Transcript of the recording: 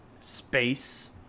space